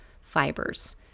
fibers